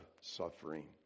suffering